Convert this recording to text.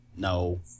No